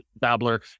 babbler